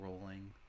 rolling